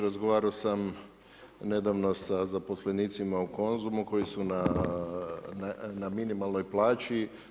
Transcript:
Razgovarao sam nedavno sa zaposlenicima u Konzumu koji su na minimalnoj plaći.